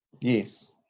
Yes